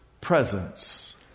presence